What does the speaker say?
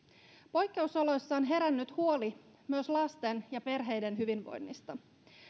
poikkeusoloissa on herännyt huoli myös lasten ja perheiden hyvinvoinnista